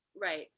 Right